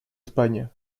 españa